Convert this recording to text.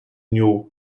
newt